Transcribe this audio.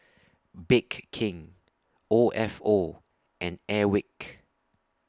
Bake King O F O and Airwick